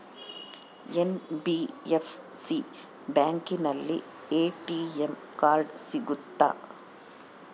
NBFC ಬ್ಯಾಂಕಿನಲ್ಲಿ ATM card ಸಿಗುತ್ತಾ?